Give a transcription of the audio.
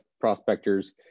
prospectors